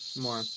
More